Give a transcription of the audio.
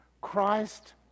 Christ